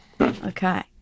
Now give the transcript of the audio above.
okay